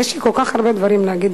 יש לי כל כך הרבה דברים להגיד,